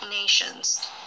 nations